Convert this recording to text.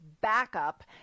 backup